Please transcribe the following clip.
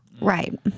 Right